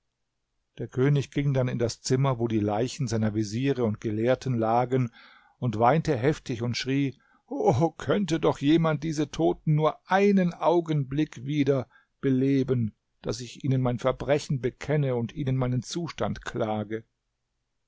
der könig ging dann in das zimmer wo die leichen seiner veziere und gelehrten lagen und weinte heftig und schrie o könnte doch jemand diese toten nur einen augenblick wieder beleben daß ich ihnen mein verbrechen bekenne und ihnen meinen zustand klage